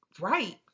right